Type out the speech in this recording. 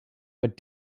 but